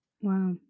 Wow